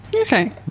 okay